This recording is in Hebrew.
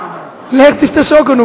לך תשתה שוקו.